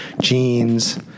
jeans